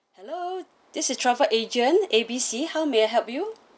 hello this is travel agent A B C how may I help you